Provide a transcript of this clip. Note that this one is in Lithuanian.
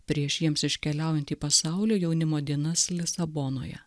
prieš jiems iškeliaujant į pasaulio jaunimo dienas lisabonoje